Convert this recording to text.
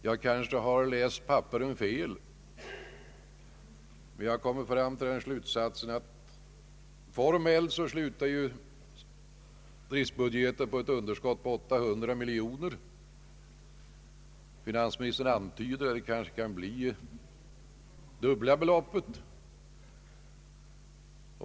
Jag kanske har läst papperen fel, men jag har kommit till den slutsatsen att driftbudgeten formellt slutar på ett underskott av 800 miljoner kronor. Finansministern antyder att det kanske blir dubbla beloppet.